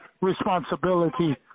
responsibility